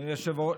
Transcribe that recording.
אדוני היושב-ראש,